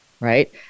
right